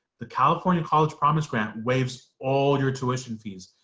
the california college promise grant waives all your tuition fees.